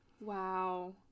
Wow